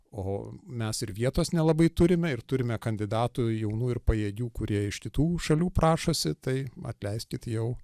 o mes ir vietos nelabai turime ir turime kandidatų jaunų ir pajėgių kurie iš kitų šalių prašosi tai atleiskit jau